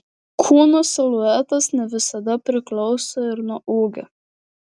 kūno siluetas ne visada priklauso ir nuo ūgio